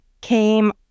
came